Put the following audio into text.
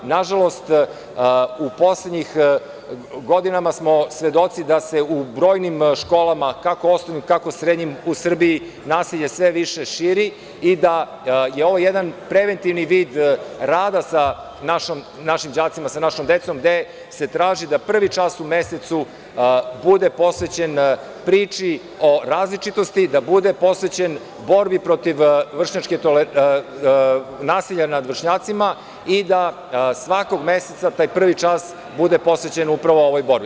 Nažalost, poslednjih godina smo svedoci da se u brojnim školama, kako osnovnim tako i srednjim u Srbiji, nasilje sve više širi i da je ovo jedan preventivni vid rada sa našim đacima, sa našom decom, gde se traži da prvi čas u mesecu bude posvećen priči o različitosti, da bude posvećen borbi protiv nasilja nad vršnjacima i da svakog meseca taj prvi čas bude posvećen upravo ovoj borbi.